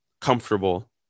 comfortable